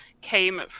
came